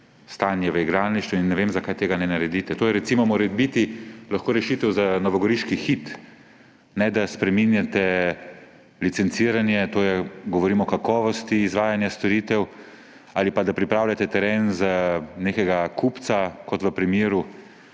stanje v igralništvu, in ne vem, zakaj tega ne naredite. To je recimo morebiti lahko rešitev za novogoriški Hit, ne da spreminjate licenciranje; govorim o kakovosti izvajanja storitev, ali pa da pripravljate teren za nekega kupca, kot v primeru